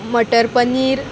मटर paneer